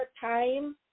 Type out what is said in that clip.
time